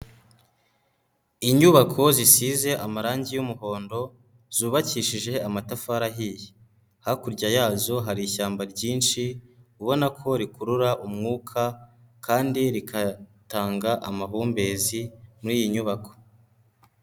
Inyubako zisize amarangi y'umuhondo zubakishije amatafari ahiye, hakurya yazo hari ishyamba ryinshi ubona ko rikurura umwuka kandi rikatanga amahumbezi muri iyi nyubako.